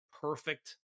perfect